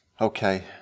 Okay